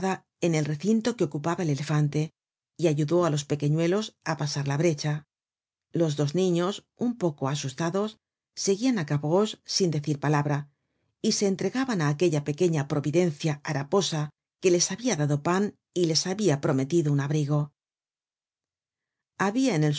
en el recinto que ocupaba el elefante y ayudó á los pequeñuelos